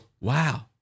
Wow